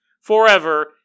forever